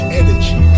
energy